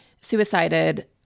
suicided